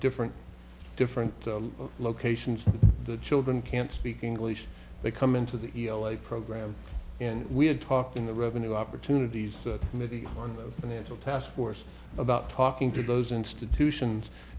different different locations the children can't speak english they come into the program and we have talked in the revenue opportunities committee on the financial taskforce about talking to those institutions